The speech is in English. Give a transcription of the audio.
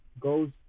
goes